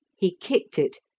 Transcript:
he kicked it,